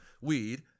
weed